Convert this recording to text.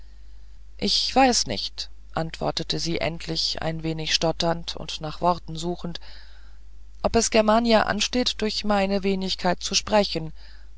ich weiß nicht antwortete sie endlich ein wenig stotternd und nach worten suchend ob es germania ansteht durch meine wenigkeit zu sprechen